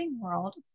World